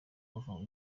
bava